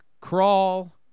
Crawl